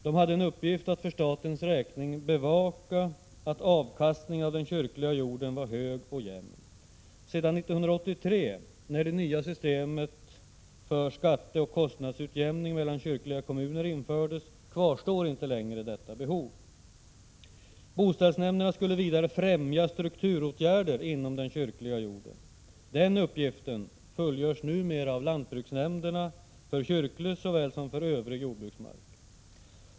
De hade i uppgift att för statens räkning bevaka att avkastningen av den kyrkliga jorden var hög och jämn. Sedan 1983, när det nya systemet för skatteoch kostnadsutjämning mellan de kyrkliga kommunerna infördes, kvarstår inte detta behov. Boställsnämnderna skulle vidare främja strukturåtgärder inom den kyrkliga jorden. Den uppgiften fullgörs numera av lantbruksnämnderna för kyrklig såväl som för övrig jordbruksmark.